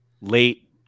Late